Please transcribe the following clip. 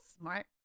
smart